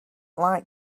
like